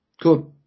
good